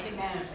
Amen